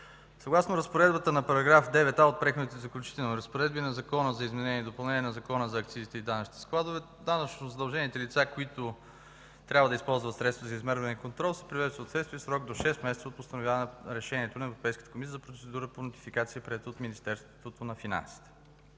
съгласно разпоредбата на § 9а от Преходните и заключителни разпоредби на Закона за изменение и допълнение на Закона за акцизите и данъчните складове, данъчно задължените лица, които трябва да използват средствата за измерване и контрол се привеждат в съответствие в срок до шест месеца от постановяване на решението на Европейската комисия за процедура по нотификация, приета от Министерството на финансите.